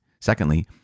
Secondly